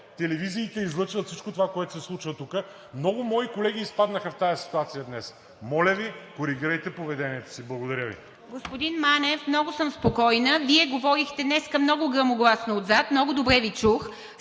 телевизиите излъчват всичко това, което се случва тук. Много мои колеги изпаднаха в тази ситуация днес. Моля Ви, коригирайте поведението си. Благодаря Ви.